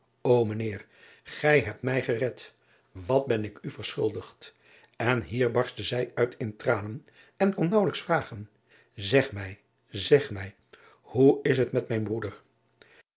o mijn eer gij hebt mij gered wat ben ik u verschuldigd en hier barstte zij uit in tranen en kon naauwelijks vragen eg mij zeg mij hoe is met mijn broeder